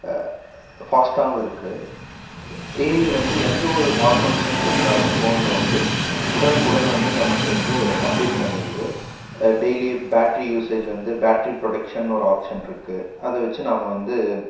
ஃபாஸ்ட்டாவும் இருக்குது ஏஐ வந்து எந்த ஒரு மால்ஃபங்க்ஷன்ஸ் இருந்தாலும் ஃபோனில் வந்து உடனுக்குடன் வந்து நமக்கு வந்து அப்டேட் பண்ணிடுது டெய்லி பேட்ரி யூஸேஜ் வந்து பேட்ரி ப்ரொடக்க்ஷன்னு ஒரு ஆப்ஷன்ருக்கு அதை வச்சு நாம வந்து